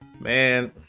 Man